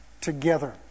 together